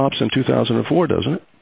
stops in two thousand and four doesn't